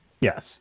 Yes